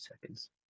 seconds